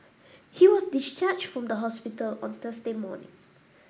he was discharged from hospital on Thursday morning